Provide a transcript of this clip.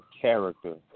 character